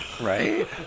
Right